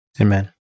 Amen